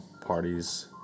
parties